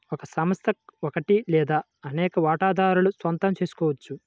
ఒక సంస్థ ఒకటి లేదా అనేక వాటాదారుల సొంతం చేసుకోవచ్చు